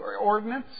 ordinance